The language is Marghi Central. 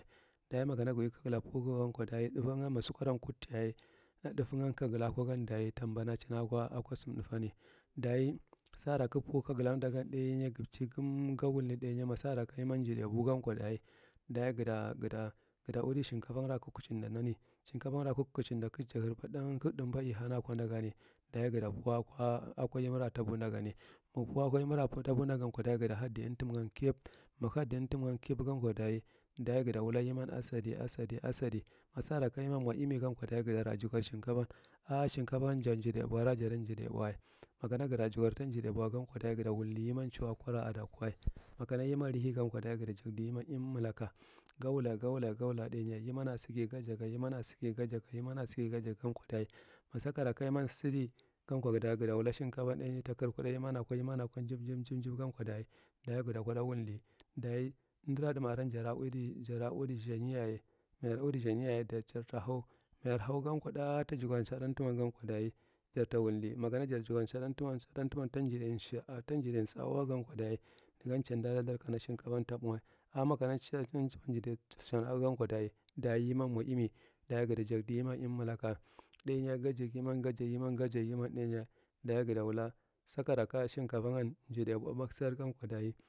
Daye ma kana ga uwi kagala kagu pur gan daye thusangu sukarram kudd yaye thufen kagla ko gan doye ta bama chin ga ako suru thufeni, daye sara kagu pur kaglar don gan thā ka ga chini kum ga wulni thāthye ma sara a yemi iju bor agan̄ko daye ga ta udi shankabon rakagu kuchindani shankabonra kaha kuchinda um ka thamba ighi ra kan da gani daye ga to pir ko yemi ta bou da gani daye ma ga pur ko yemi la bor da gani daye ma ga pur ko yemira to pur da gan ko daye ga ta had di umtum gam keb gan ko aye ga ta wula yemine asadi asadi asadi ma sara ka yemi mo imi ko daye gara jigar shankabon a shankabon gan jajidibo ra tan jidawa, ma kana gra jigar tmgidi bowako daye gata wulhi yemi ehuwa kora ada wakowa makana yemi lihigan kwa daye ga ta jadi imemelaka ja wula fa wud thāye yemima sike gajiga yemini yajaga gajaba thaye gan ko daye ma sakara ka yemiyan sidi gan ko daye ma sakara ka yemiyan sidi gan ko daye ga wula shankabo thā ta ka kuda yemine ka chib chib taka, daye ga ta koda wulne, daye undura thum ara jara udi zayaye ma jar udi zanyaye jaja hau thā ta jugar sahidum man k daye for ta wule ma kana jak jugar shakuman tan jika sigmama daye negan chadi alaba tha shakabon tabawa anya tha aaye gadi yemi ga jak yemi ga jak yemi daye ga ta wula sakara ka shankabona jikiba parser ganko daye.